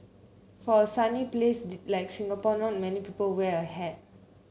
for a sunny place like Singapore not many people wear a hat